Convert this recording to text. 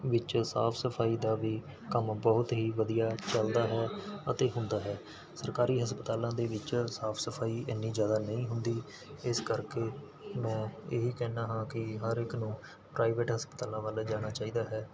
ਵਿੱਚ ਸਾਫ਼ ਸਫ਼ਾਈ ਦਾ ਵੀ ਕੰਮ ਬਹੁਤ ਹੀ ਵਧੀਆ ਚੱਲਦਾ ਹੈ ਅਤੇ ਹੁੰਦਾ ਹੈ ਸਰਕਾਰੀ ਹਸਪਤਾਲਾਂ ਦੇ ਵਿੱਚ ਸਾਫ਼ ਸਫ਼ਾਈ ਇੰਨੀ ਜ਼ਿਆਦਾ ਨਹੀਂ ਹੁੰਦੀ ਇਸ ਕਰਕੇ ਮੈਂ ਇਹੀ ਕਹਿੰਦਾ ਹਾਂ ਕਿ ਹਰ ਇੱਕ ਨੂੰ ਪ੍ਰਾਈਵੇਟ ਹਸਪਤਾਲਾਂ ਵੱਲ ਜਾਣਾ ਚਾਹੀਦਾ ਹੈ